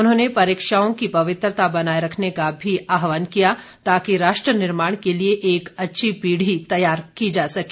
उन्होंने परीक्षाओं की पवित्रता बनाए रखने का भी आहवान किया ताकि राष्ट्र निर्माण के लिए एक अच्छी पीढ़ी तैयार की जा सके